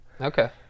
Okay